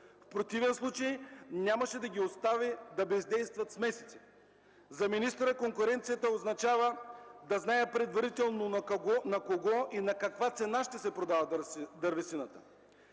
В противен случай нямаше да ги остави да бездействат с месеци. За министъра конкуренцията означава да знае предварително на кого и на каква цена ще се продава дървесината.